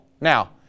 Now